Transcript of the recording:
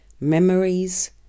memories